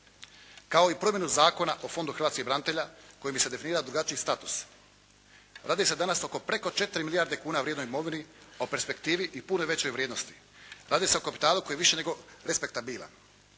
kao i promjenu Zakona o fondu hrvatskih branitelja kojim bi se definirao drugačiji status. Radi se danas oko preko 4 milijarde kuna vrijednoj imovini o perspektivi i puno većoj vrijednosti, radi se o kapitalu koji je više nego respektabilan.